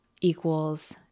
equals